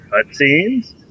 cutscenes